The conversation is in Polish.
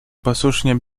posłusznie